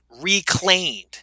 reclaimed